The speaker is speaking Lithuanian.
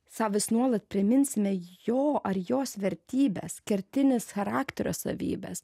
sau vis nuolat priminsime jo ar jos vertybes kertines charakterio savybes